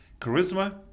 charisma